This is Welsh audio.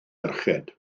merched